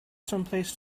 someplace